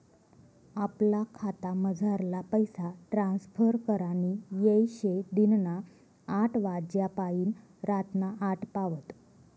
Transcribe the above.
आपला खातामझारला पैसा ट्रांसफर करानी येय शे दिनना आठ वाज्यापायीन रातना आठ पावत